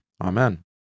Amen